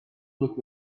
look